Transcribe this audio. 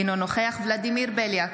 אינו נוכח ולדימיר בליאק,